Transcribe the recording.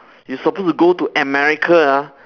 you supposes to go to america ah